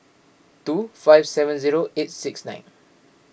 two five seven zero eight six nine